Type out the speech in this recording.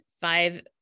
five